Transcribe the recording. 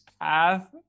path